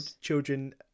children